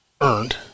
earned